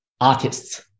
artists